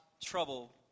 trouble